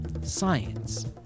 science